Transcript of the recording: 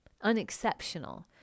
Unexceptional